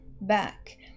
back